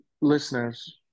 listeners